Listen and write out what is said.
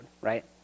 right